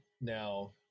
Now